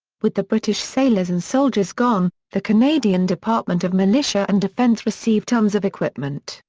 with the british sailors and soldiers gone, the canadian department of militia and defence received tons of equipment,